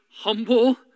humble